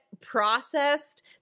processed